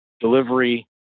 delivery